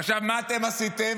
עכשיו, מה אתם עשיתם?